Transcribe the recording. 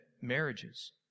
marriages